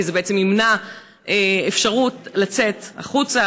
כי זה בעצם ימנע אפשרות לצאת החוצה,